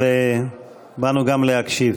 אבל באנו גם להקשיב.